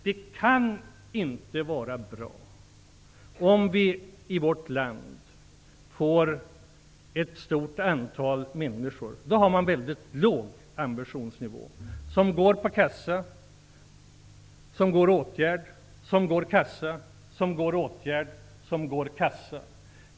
Det kan inte vara bra om vi i vårt land får ett stort antal människor som går fram och tillbaka mellan att vara beroende av a-kassa och att vara föremål för arbetsmarknadspolitiska åtgärder. Om man accepterar detta har man väldigt låg ambitionsnivå.